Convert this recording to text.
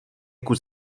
kus